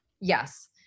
Yes